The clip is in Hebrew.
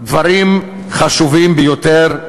דברים חשובים ביותר,